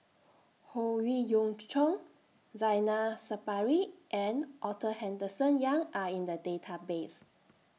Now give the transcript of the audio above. Howe Yoon Chong Zainal Sapari and Arthur Henderson Young Are in The Database